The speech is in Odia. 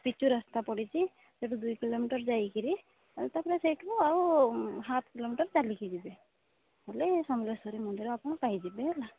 ପିଚୁ ରାସ୍ତା ପଡ଼ିଛି ସେଇଠୁ ଦୁଇ କିଲୋମିଟର ଯାଇକରି ତା'ପରେ ସେଇଠୁ ଆଉ ହାଫ୍ କିଲୋମିଟର ଚାଲିକି ଯିବେ ହେଲେ ସମଲେଶ୍ୱରୀ ମନ୍ଦିର ଆପଣ ପାଇଯିବେ ହେଲା